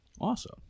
Awesome